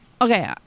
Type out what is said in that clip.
Okay